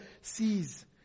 sees